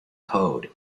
code